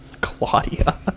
Claudia